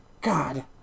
God